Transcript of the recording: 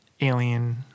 alien